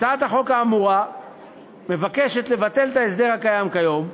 הצעת החוק האמורה מבקשת לבטל את ההסדר הקיים כיום.